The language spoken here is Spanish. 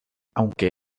aunque